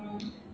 um